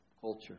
culture